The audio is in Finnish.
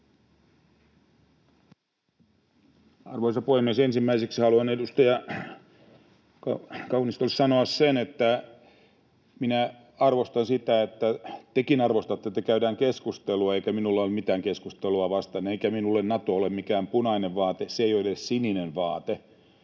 Arvoisa puhemies! Ensimmäiseksi haluan edustaja Kaunistolle sanoa, että arvostan sitä, että tekin arvostatte, että käydään keskustelua, eikä minulla ole mitään keskustelua vastaan. Eikä minulle Nato ole mikään punainen vaate, eikä se ole edes sininen vaate,